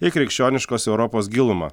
į krikščioniškos europos gilumą